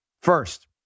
First